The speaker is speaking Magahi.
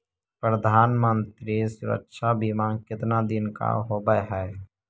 प्रधानमंत्री मंत्री सुरक्षा बिमा कितना दिन का होबय है?